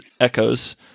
Echoes